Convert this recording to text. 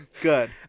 Good